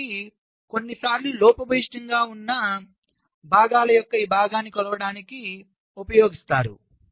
కాబట్టి ఇది కొన్నిసార్లు లోపభూయిష్టంగా ఉన్న ఓడల భాగాల యొక్క ఈ భాగాన్ని కొలవడానికి ఉపయోగిస్తారు